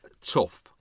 tough